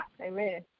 Amen